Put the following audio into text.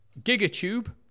Gigatube